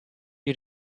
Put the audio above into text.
you